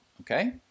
okay